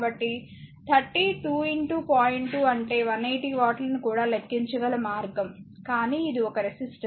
2 అంటే 180 వాట్ల ను కూడా లెక్కించగల మార్గం కానీ ఇది ఒక రెసిస్టర్